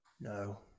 no